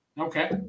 Okay